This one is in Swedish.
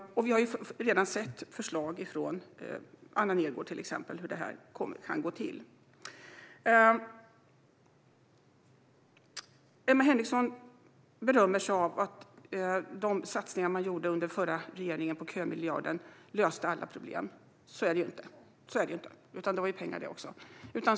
Vi har redan sett förslag från till exempel Anna Nergårdh på hur detta kan gå till. Emma Henriksson berömmer sig av att de satsningar som den förra regeringen gjorde på kömiljarden löste alla problem. Så är det dock inte - det var också pengar.